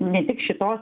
ne tik šitos